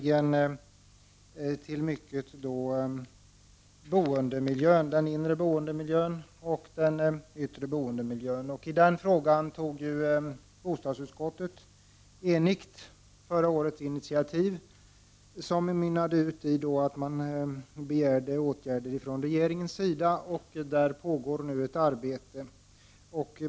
Den här frågan rör till stor del den inre och den yttre boendemiljön. Ett enigt bostadsutskott tog förra året initiativ i denna fråga som mynnade ut i krav på åtgärder från regeringens sida, och ett arbete pågår nu i regeringen.